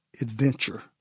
adventure